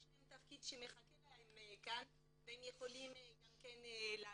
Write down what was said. תפקיד שמחכה להם כאן והם יכולים לעזור.